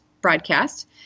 broadcast